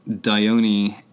Dione